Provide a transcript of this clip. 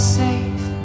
safe